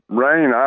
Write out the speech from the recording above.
rain